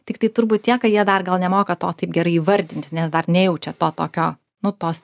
tiktai turbūt tiek kad jie dar nemoka to taip gerai įvardinti nes dar nejaučia to tokio nu tos